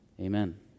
Amen